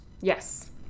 Yes